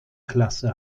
klasse